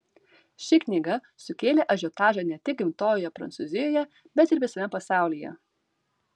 ši knyga sukėlė ažiotažą ne tik gimtojoje prancūzijoje bet ir visame pasaulyje